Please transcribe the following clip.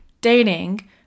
dating